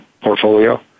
portfolio